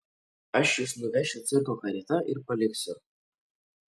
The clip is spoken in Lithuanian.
aš jus nuvešiu cirko karieta ir paliksiu